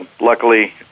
Luckily